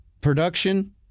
production